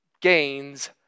gains